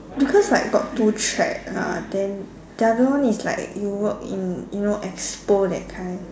because like got two track ah then the other one is like you work in you know expo that kind